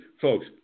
folks